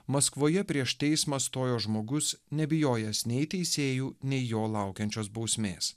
maskvoje prieš teismą stojo žmogus nebijojęs nei teisėjų nei jo laukiančios bausmės